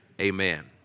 Amen